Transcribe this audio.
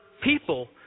people